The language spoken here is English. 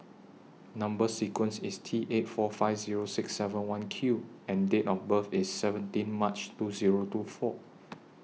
Number sequence IS T eight four five Zero six seven one Q and Date of birth IS seventeen March two Zero two four